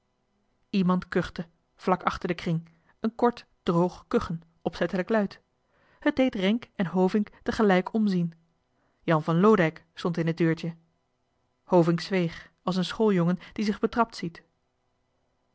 iemand kuchte vlak achter den kring een kort droog kuchen opzettelijk luid het deed renck en hovink tegelijk omzien jan van loodijck stond in het deurtje hovink zweeg als een schooljongen die zich betrapt ziet